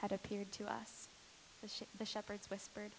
had appeared to us the ship the shepherds whispered